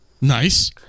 Nice